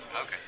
Okay